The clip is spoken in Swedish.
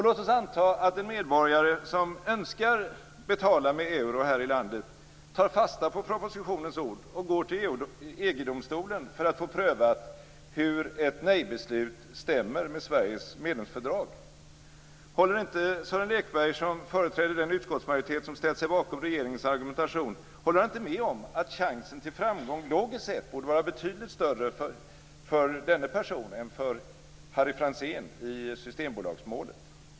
Låt oss anta att en medborgare, som önskar betala med euro här i landet, tar fasta på propositionens ord och går till EG-domstolen för att få prövat hur ett nej-beslut stämmer med Sveriges medlemsfördrag. Håller inte Sören Lekberg, som företräder den utskottsmajoritet som ställt sig bakom regeringens argumentation, med om att chansen till framgång logiskt sett borde vara betydligt större för denne person än för Harry Franzén i systembolagsmålet?